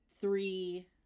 three